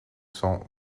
cent